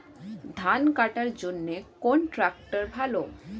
ধান কাটার জন্য কোন ট্রাক্টর ভালো?